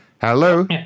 Hello